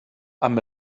amb